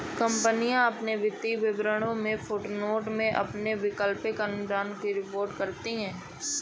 कंपनियां अपने वित्तीय विवरणों में फुटनोट में अपने विकल्प अनुदान की रिपोर्ट करती हैं